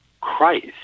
Christ